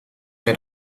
met